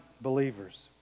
believers